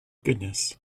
goodness